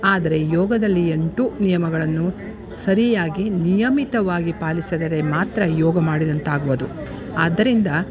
ಆದರೆ ಯೋಗದಲ್ಲಿ ಎಂಟು ನಿಯಮಗಳನ್ನು ಸರಿಯಾಗಿ ನಿಯಮಿತವಾಗಿ ಪಾಲಿಸದರೆ ಮಾತ್ರ ಯೋಗ ಮಾಡಿದಂತಾಗುವದು ಆದ್ದರಿಂದ